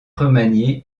remanié